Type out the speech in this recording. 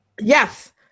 yes